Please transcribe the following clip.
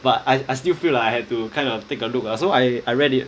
but I I still feel like I had to kind of take a look ah so I I read it